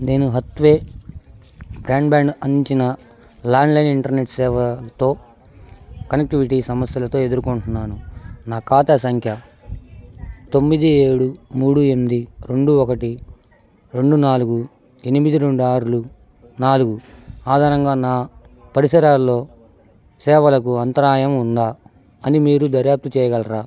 నేను Hathway broadband అందించిన landline internet సేవతో కనెక్టివిటీ సమస్యలతో ఎదుర్కొంటున్నాను నా ఖాతా సంఖ్య తొమ్మిది ఏడు మూడు ఎనిమిది రెండు ఒకటి రెండు నాలుగు ఎనిమిది రెండార్లు నాలుగు ఆధారంగా నా పరిసరాల్లో సేవలకు అంతరాయం ఉందా అని మీరు దర్యాప్తు చేయగలరా